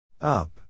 Up